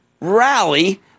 rally